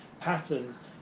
patterns